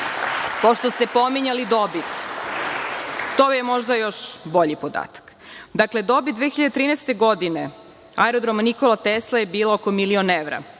ste pominjali dobit, to je možda još bolji podatak. Dakle, dobit 2013. godine Aerodroma „Nikola Tesla“ je bila oko milion evra,